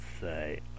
say